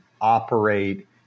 operate